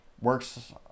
works